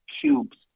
cubes